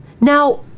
Now